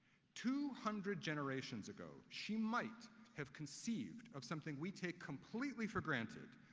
two hundred generations ago, she might have conceived of something we take completely for granted,